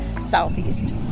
southeast